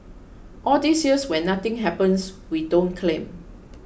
all these years when nothing happens we don't claim